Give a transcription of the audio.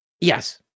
Yes